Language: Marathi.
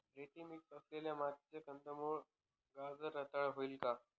रेती मिक्स असलेल्या मातीत कंदमुळे, गाजर रताळी होतील का?